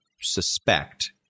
suspect